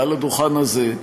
מעל הדוכן הזה,